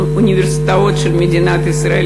באוניברסיטאות של מדינת ישראל,